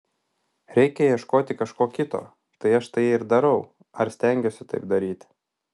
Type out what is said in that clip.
reikia ieškoti kažko kito tai aš tai ir darau ar steigiuosi taip daryti